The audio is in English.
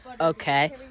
Okay